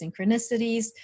synchronicities